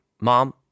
Mom